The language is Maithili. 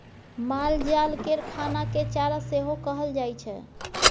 मालजाल केर खाना केँ चारा सेहो कहल जाइ छै